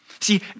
See